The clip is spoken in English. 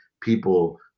people